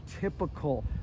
typical